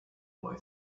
boy